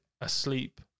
asleep